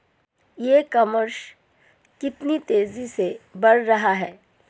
ई commerce कितनी तेजी से बढ़ रहा है?